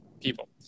people